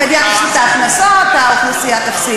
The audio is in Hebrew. המדינה תפסיד את ההכנסות,